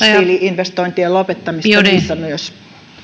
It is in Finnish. fossiili investointien lopettamista myös niissä